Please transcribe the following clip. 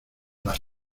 las